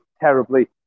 terribly